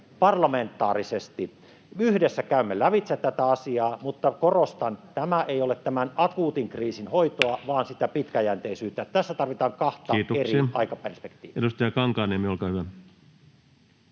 parlamentaarisesti. Yhdessä käymme lävitse tätä asiaa, mutta korostan: tämä ei ole tämän akuutin kriisin hoitoa vaan sitä pitkäjänteisyyttä. Tässä tarvitaan kahta eri aikaperspektiiviä. Kiitoksia. — Edustaja Kankaanniemi, olkaa hyvä.